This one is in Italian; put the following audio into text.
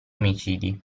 omicidi